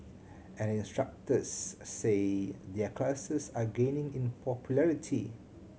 and instructors say their classes are gaining in popularity